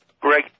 Greg